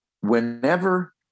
whenever